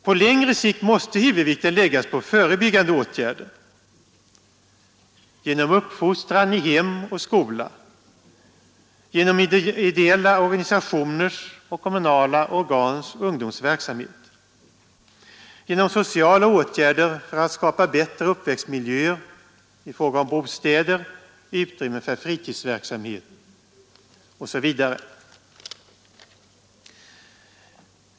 På längre sikt måste huvudvikten läggas på förebyggande åtgärder genom uppfostran i hem och skola, genom ideella organisationers och kommunala organs ungdomsverksamhet, genom sociala åtgärder för att skapa bättre uppväxtmiljöer i fråga om bostäder, utrymme för fritidsverksamhet osv.